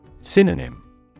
Synonym